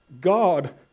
God